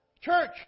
Church